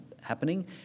happening